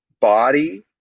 body